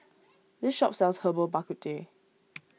this shop sells Herbal Bak Ku Teh